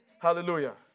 Hallelujah